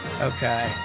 okay